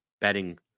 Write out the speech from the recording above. betting